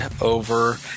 over